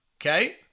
okay